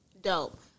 dope